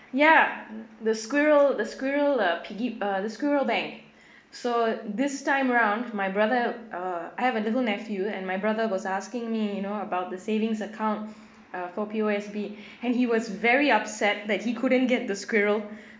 ya the squirrel the squirrel uh piggy uh the squirrel bank so this time round my brother uh I have a little nephew and my brother was asking me you know about the savings account uh for P_O_S_B and he was very upset that he couldn't get the squirrel